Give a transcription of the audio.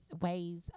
ways